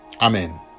amen